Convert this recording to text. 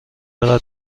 قدر